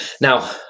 Now